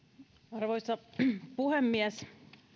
arvoisa puhemies